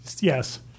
Yes